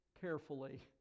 carefully